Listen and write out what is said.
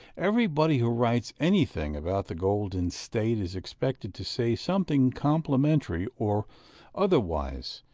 everybody who writes anything about the golden state is expected to say something complimentary or otherwise,